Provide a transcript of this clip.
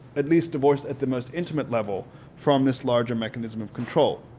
at least divorce at the most intimate level from this larger mechanism of control.